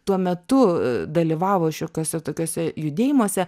tuo metu dalyvavo šiokiuose tokiuose judėjimuose